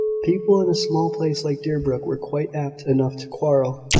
people in a small place like deerbrook were quite apt enough to quarrel,